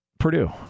Purdue